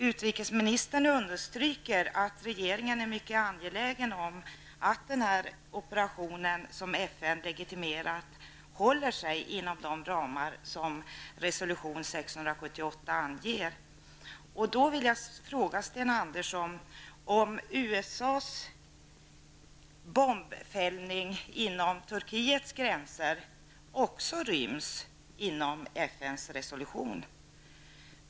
Utrikesministern understryker att regeringen är mycket angelägen om att den operation som FN legitimerat håller sig inom de ramar som resolution 678 anger. Jag vill fråga Sten Andersson om USAs bombfällning inom Turkiets gränser också ryms inom FNs resolution.